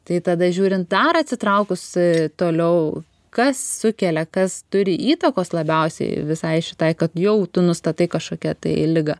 tai tada žiūrint dar atsitraukus toliau kas sukelia kas turi įtakos labiausiai visai šitai kad jau tu nustatai kažkokią tai ligą